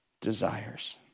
desires